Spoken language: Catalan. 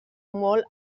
molt